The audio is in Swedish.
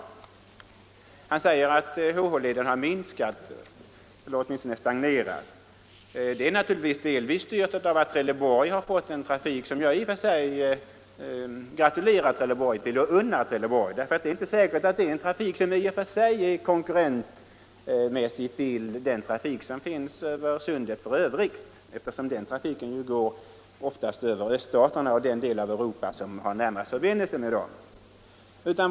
Herr Sjöholm säger att trafiken på HH-leden minskat eller åtminstone stagnerat. Det är naturligtvis delvis styrt av att Trelleborg fått en ökad trafik som jag i och för sig gratulerar Trelleborg till och unnar Trelleborg. Det är inte sant att det är trafik som konkurrerar med den som går över Sundet i övrigt, eftersom trafiken via Trelleborg oftast går till öststaterna eller den del av Europa i övrigt som har den närmaste förbindelsen med Trelleborg.